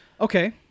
Okay